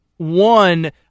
One